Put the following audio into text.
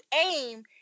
aim